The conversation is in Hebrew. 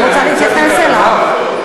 אני רוצה להתייחס אליו.